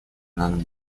над